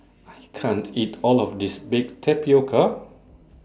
I can't eat All of This Baked Tapioca